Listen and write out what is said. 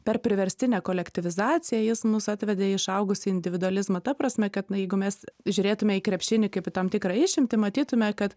per priverstinę kolektyvizaciją jis mus atvedė į išaugusį individualizmą ta prasme kad na jeigu mes žiūrėtumėme į krepšinį kaip į tam tikrą išimtį matytumėme kad